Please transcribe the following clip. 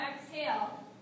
exhale